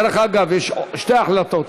אגב, יש שתי החלטות.